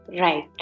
Right